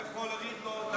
תגיד כבר,